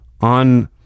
on